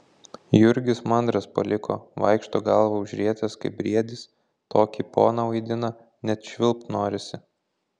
jurgis mandras paliko vaikšto galvą užrietęs kaip briedis tokį poną vaidina net švilpt norisi